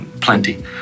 plenty